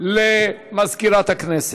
הודעה למזכירת הכנסת.